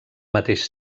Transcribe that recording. mateix